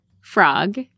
frog